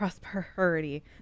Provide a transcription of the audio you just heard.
prosperity